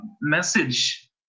message